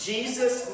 Jesus